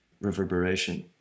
reverberation